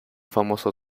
famoso